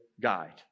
guide